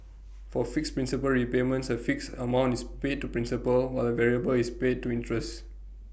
for fixed principal repayments A fixed amount is paid to principal while A variable is paid to interest